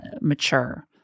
mature